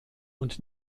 und